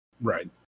Right